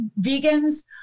vegans